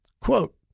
Quote